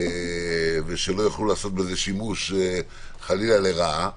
ושלא יוכלו לעשות בזה שימוש חלילה לרעה,